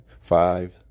five